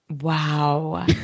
wow